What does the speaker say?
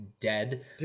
dead